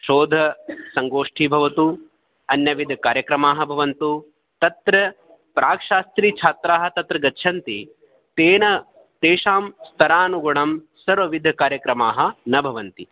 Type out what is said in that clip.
शोधसङ्गोष्ठी भवतु अन्यविध कार्यक्रमाः भवन्तु तत्र प्राक्शास्त्री छात्राः तत्र गच्छन्ति तेन तेषां स्तरानुगुणं सर्वविध कार्यक्रमाः न भवन्ति